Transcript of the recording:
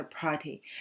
Party